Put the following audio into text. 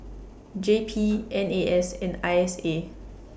J P N A S and I S A